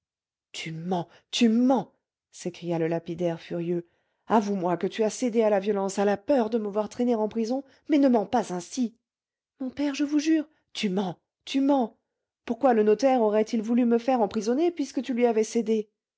tu mens tu mens s'écria le lapidaire furieux avoue moi que tu as cédé à la violence à la peur de me voir traîner en prison mais ne mens pas ainsi mon père je vous jure tu mens tu mens pourquoi le notaire aurait-il voulu me faire emprisonner puisque tu lui avais cédé